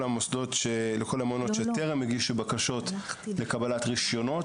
המעונות שטרם הגישו בקשות לקבלת רישיונות,